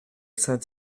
saint